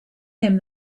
him